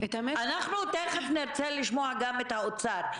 אנחנו תיכף נרצה לשמוע גם את האוצר.